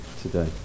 today